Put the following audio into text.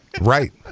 Right